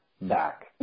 back